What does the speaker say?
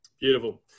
Beautiful